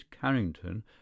Carrington